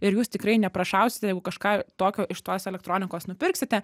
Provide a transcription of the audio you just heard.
ir jūs tikrai neprašausite jeigu kažką tokio iš tos elektronikos nupirksite